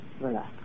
relax